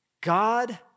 God